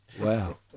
Wow